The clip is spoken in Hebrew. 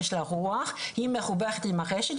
יש לה רוח היא מחוברת לרשת,